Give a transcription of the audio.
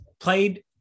Played